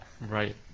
Right